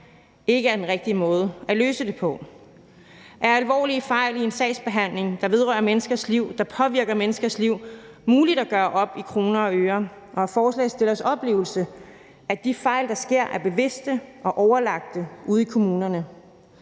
ikke er den rigtige måde at løse det på. Er alvorlige fejl i en sagsbehandling, der vedrører menneskers liv og påvirker menneskers liv, muligt at gøre op i kroner og øre? Og er det forslagsstillernes oplevelse, at de fejl, der sker ude i kommunerne,